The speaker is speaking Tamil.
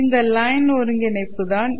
இந்த லைன் ஒருங்கிணைப்பு தான் ஈ